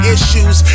Issues